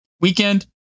weekend